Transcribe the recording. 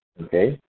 okay